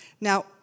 Now